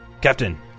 Captain